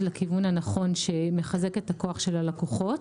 לכיוון הנכון שמחזק את הכוח של הלקוחות.